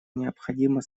необходима